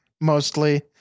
mostly